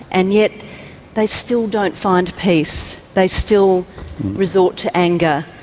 and yet they still don't find peace, they still resort to anger.